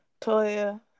Toya